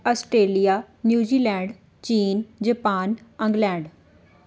Australia New Zealand China Japan England